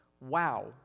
Wow